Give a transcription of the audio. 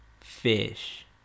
fish